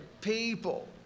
people